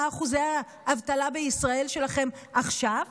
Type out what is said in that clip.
מה אחוזי האבטלה בישראל שלכם עכשיו?